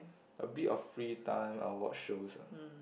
a bit of free time I'll watch shows lah